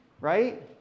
right